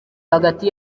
hagati